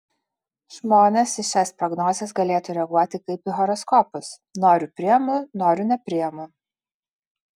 žmonės į šias prognozes galėtų reaguoti kaip į horoskopus noriu priimu noriu nepriimu